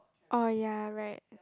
oh ya right